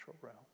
realm